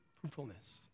fruitfulness